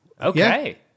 Okay